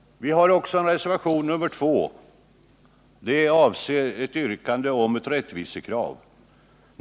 Vi har också en reservation nr 2, där yrkandet avser tillgodoseendet av ett rättvisekrav.